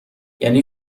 یعنی